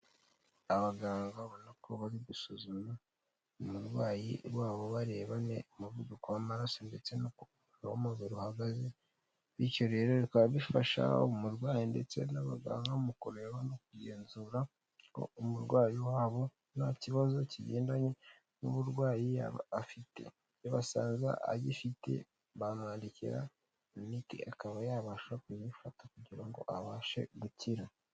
Abaganga ubona ko bari gusuzuma umurwayi wa bo bareba umuvuduko w'amaraso ndetse n'uku umubiri uhagaze. Bityo rero bikaba bifasha umurwayi ndetse n'abaganga mu kureba no kugenzura ko umurwayi wa bo nta kibazo kigendanye n'uburwayi yaba afite. Nibasanga yaba agifite bamwandikira imiti; akaba yabasha kuyifata kugira ngo abashe gukira.